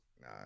nah